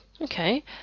Okay